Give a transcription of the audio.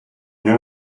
you